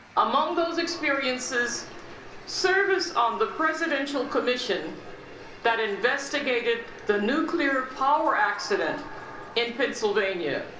among those experiences service on the presidential commission that investigated the nuclear power accident in pennsylvania